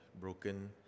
broken